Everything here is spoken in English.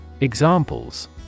Examples